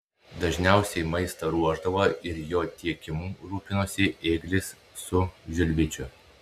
dažniausiai maistą ruošdavo ir jo tiekimu rūpinosi ėglis su žilvičiu